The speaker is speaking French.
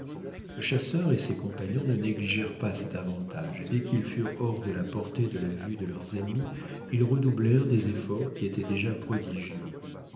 le chasseur et ses compagnons ne négligèrent pas cet avantage et dès qu'ils furent hors de la portée de la vue de leurs ennemis ils redoublèrent des efforts qui étaient déjà prodigieux